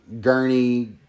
gurney